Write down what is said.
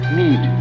need